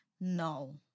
No